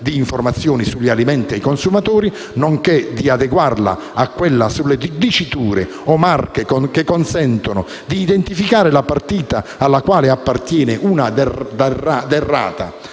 di informazioni sugli alimenti ai consumatori, nonché di adeguarla a quella sulle diciture o marche che consentono di identificare la partita alla quale appartiene una derrata